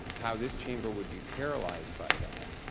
how this chamber would be paralyzed by that.